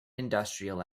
industrial